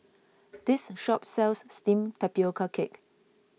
this shop sells Steamed Tapioca Cake